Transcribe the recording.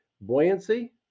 buoyancy